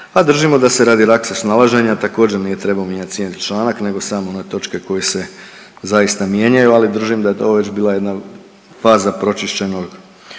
držimo da se radi lakšeg snalaženja također nije trebao mijenjati cijeli članak nego samo one točke koje se zaista mijenjaju ali držim da je to već bila jedna faza pročišćenog,